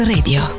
Radio